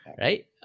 right